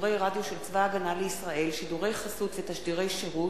שידורי רדיו של צבא-הגנה לישראל (שידורי חסות ותשדירי שירות)